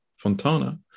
fontana